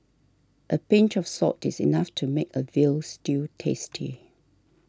a pinch of salt is enough to make a Veal Stew tasty